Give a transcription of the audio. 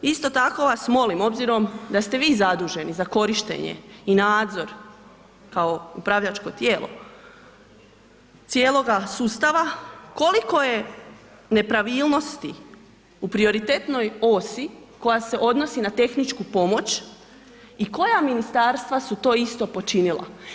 Isto tako vas molim, obzirom da ste vi zaduženi za korištenje i nadzor kao upravljačko tijelo cijeloga sustava koliko je nepravilnosti u prioritetnoj osi koja se odnosi na tehničku pomoć i koja ministarstva su to isto počinila.